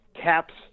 caps